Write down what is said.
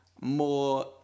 more